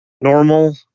normal